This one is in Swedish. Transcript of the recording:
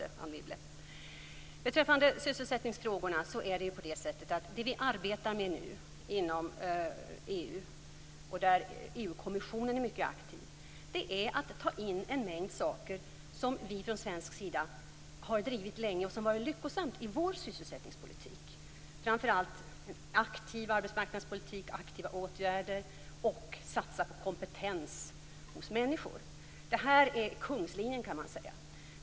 Det vi nu arbetar med beträffande sysselsättningsfrågorna inom EU - och här är EU-kommissionen mycket aktiv - är att ta in en mängd saker som vi drivit länge från svensk sida, sådant som har varit lyckosamt i vår sysselsättningspolitik. Framför allt gäller det aktiv arbetsmarknadspolitik, aktiva åtgärder och satsning på människors kompetens. Det här kan man säga är kungslinjen.